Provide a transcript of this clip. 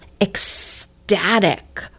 Ecstatic